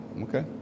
Okay